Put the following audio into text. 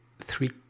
three